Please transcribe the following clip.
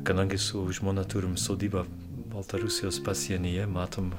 kadangi su žmona turim sodybą baltarusijos pasienyje matom